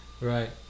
Right